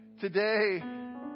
today